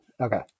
Okay